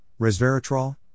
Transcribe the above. resveratrol